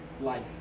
life